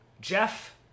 Jeff